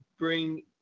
bring